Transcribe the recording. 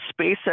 SpaceX